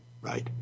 Right